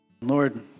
Lord